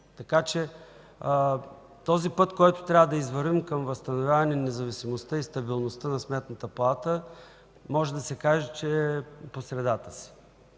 Така че този път, който трябва да извървим към възстановяване независимостта и стабилността на Сметната палата, може да се каже, че е по средата си.